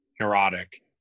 neurotic